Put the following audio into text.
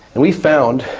we found,